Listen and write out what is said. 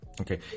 Okay